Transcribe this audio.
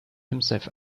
himself